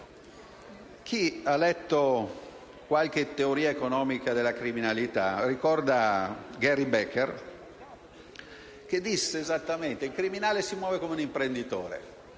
Chi ha letto qualcosa di teoria economica della criminalità, ricorda Gary Becker che disse esattamente che il criminale si muove come un imprenditore: